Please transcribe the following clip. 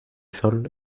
sol